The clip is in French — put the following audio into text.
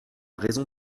raison